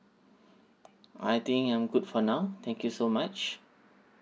I think I'm good for now thank you so much